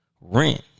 Rent